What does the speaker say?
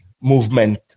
movement